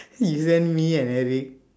you send me and eric